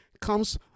comes